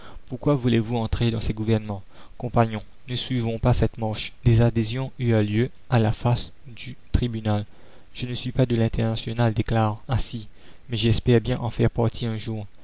pourquoi voulez-vous entrer dans ces gouvernements compagnons ne suivons pas cette marche des adhésions eurent lieu à la face du tribunal je ne suis pas de l'internationale déclare assi mais j'espère bien en faire partie un jour